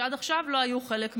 שעד עכשיו לא היו חלק מהחוק.